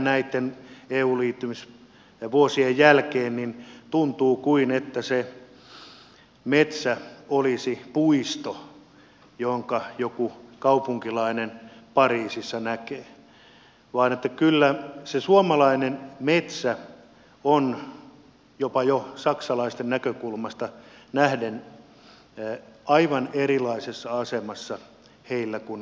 vieläkin eu liittymisen ja vuosien jälkeen tuntuu kuin se metsä olisi puisto jonka joku kaupunkilainen pariisissa näkee vaan kyllä se suomalainen metsä on jopa jo saksalaisten näkökulmasta nähden aivan erilaisessa asemassa heillä kuin meillä täällä